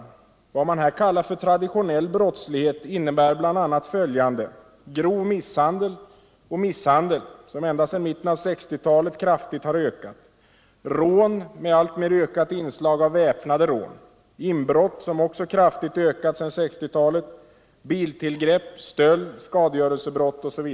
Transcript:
Vad man här kallar för traditionell brottslighet innebär bl.a. följande: grov misshandel och misshandel, som ända sedan mitten av 1960-talet kraftigt ökat, rån med alltmer ökat inslag av väpnat rån, inbrott som också kraftigt ökat sedan 1960-talet, biltillgrepp, stöld, skadegörelsebrott.